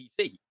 PC